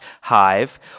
hive